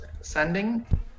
sending